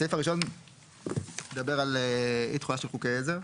הסעיף הראשון מדבר על אי-תחולה של חוקי עזר.